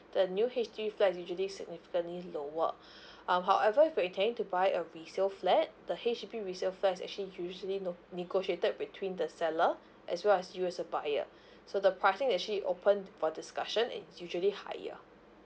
the new H_D_B flats usually significantly lower um however if you're intending to buy a resale flat the H_D_B resale flat is actually usually no~ negotiated between the seller as well as you as a buyer so the pricing that actually opened for discussion is usually higher